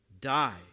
die